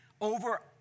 over